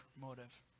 motive